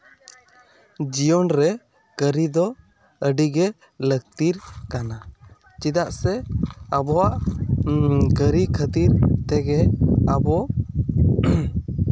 ᱡᱤᱭᱚᱱ ᱨᱮ ᱠᱟᱹᱨᱤ ᱫᱚ ᱟᱹᱰᱤᱜᱮ ᱞᱟᱹᱠᱛᱤ ᱠᱟᱱᱟ ᱪᱮᱫᱟᱜ ᱥᱮ ᱟᱵᱚᱣᱟᱜ ᱠᱟᱹᱨᱤ ᱠᱷᱟᱹᱛᱤᱨ ᱛᱮᱜᱮ ᱟᱵᱚ